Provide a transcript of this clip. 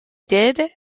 did